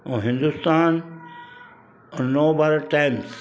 ऐं हिंदुस्तान नव भारत टाइम्स